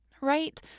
right